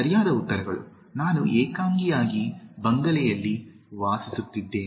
ಸರಿಯಾದ ಉತ್ತರಗಳು ನಾನು ಏಕಾಂಗಿಯಾಗಿ ಬಂಗಲೆಯಲ್ಲಿ ವಾಸಿಸುತ್ತಿದ್ದೇನೆ